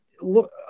look